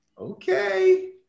Okay